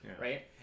right